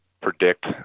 predict